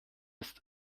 ist